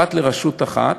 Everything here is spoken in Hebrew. פרט לרשות אחת,